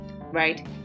right